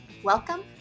Welcome